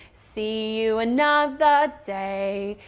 see you another day.